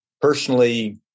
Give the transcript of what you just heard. personally